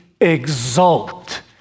exult